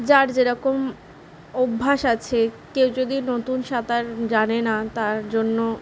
যার যেরকম অভ্যাস আছে কেউ যদি নতুন সাঁতার জানে না তার জন্য